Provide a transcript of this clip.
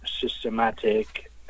systematic